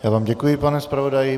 Já vám děkuji, pane zpravodaji.